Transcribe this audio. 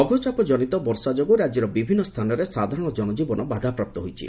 ଲଘୁଚାପଜନିତ ବର୍ଷା ଯୋଗୁଁ ରାକ୍ୟର ବିଭିନ୍ଦ ସ୍ଥାନରେ ସାଧାରଣ ଜନଜୀବନ ବାଧାପ୍ରାପ୍ତ ହୋଇଛି